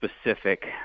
specific